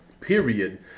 Period